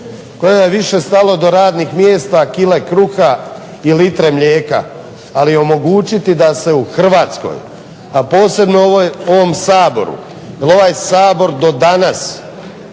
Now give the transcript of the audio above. Kojima je više stalo do radnih mjesta, kile kruha i litre mlijeka, ali omogućiti da se u Hrvatskoj a posebno u ovom Saboru, jer ovaj Sabor do danas